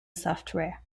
software